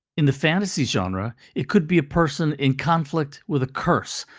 in the fantasy genre, it could be a person in conflict with a curse,